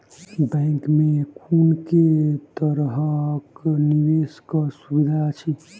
Bank मे कुन केँ तरहक निवेश कऽ सुविधा अछि?